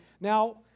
Now